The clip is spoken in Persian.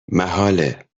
محاله